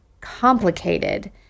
complicated